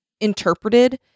interpreted